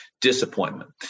Disappointment